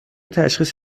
تشخیص